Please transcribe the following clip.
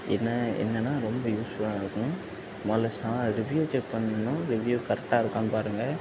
என்ன என்னன்னா ரொம்ப யூஸ்ஃபுல்லாக இருக்கும் முதல்ல ஸ்டார் ரிவியூ செக் பண்ணணும் ரிவியூ கரெக்டாக இருக்கான்னு பாருங்கள்